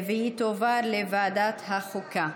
היא תועבר לוועדת החוקה.